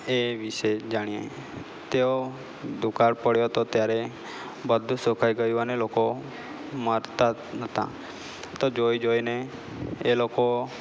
એ વિશે જાણીએ તેઓ દુકાળ પડ્યો હતો ત્યારે બધું સુકાઈ ગયું અને લોકો મરતા નહોતા તો જોઈ જોઈને એ લોકો